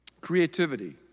Creativity